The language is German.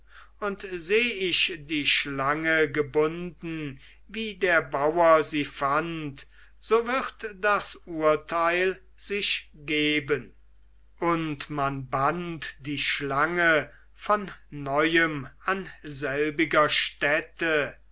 und seh ich die schlange gebunden wie der bauer sie fand so wird das urteil sich geben und man band die schlange von neuem an selbiger stätte